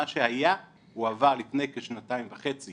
מה שהיה הועבר לפני כשנתיים וחצי